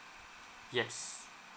yes